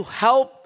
help